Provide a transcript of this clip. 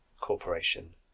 Corporation